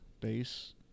base